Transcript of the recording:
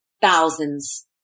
thousands